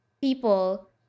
people